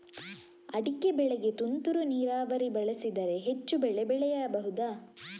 ಅಡಿಕೆ ಬೆಳೆಗೆ ತುಂತುರು ನೀರಾವರಿ ಬಳಸಿದರೆ ಹೆಚ್ಚು ಬೆಳೆ ಬೆಳೆಯಬಹುದಾ?